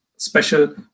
Special